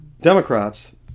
Democrats